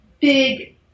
big